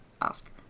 Oscar